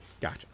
Gotcha